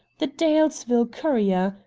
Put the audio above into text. the dalesville courier.